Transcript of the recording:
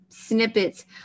snippets